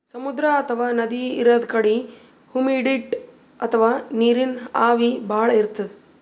ಸಮುದ್ರ ಅಥವಾ ನದಿ ಇರದ್ ಕಡಿ ಹುಮಿಡಿಟಿ ಅಥವಾ ನೀರಿನ್ ಆವಿ ಭಾಳ್ ಇರ್ತದ್